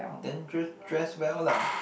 then just dress well lah